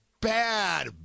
Bad